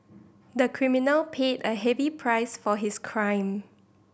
the criminal paid a heavy price for his crime